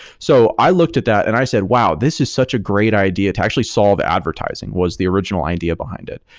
so i looked at that and i said, wow! this is such a great idea to actually solve advertising, was the original idea behind it,